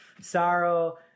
sorrow